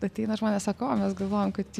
ateina žmonės sako mes galvojam kad